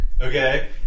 Okay